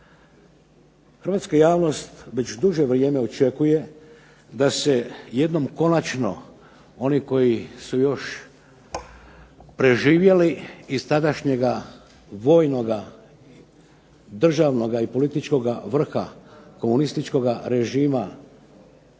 Hrvatska javnost već duže vrijeme očekuje da se jednom konačno oni koji su još preživjeli iz tadašnjega vojnoga državnoga i političkoga vrha komunističkoga režima